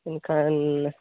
ᱮᱱᱠᱷᱟᱱ